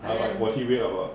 but like was he weird or not